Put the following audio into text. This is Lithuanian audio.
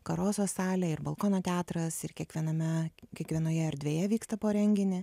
karoso salė ir balkono teatras ir kiekviename kiekvienoje erdvėje vyksta po renginį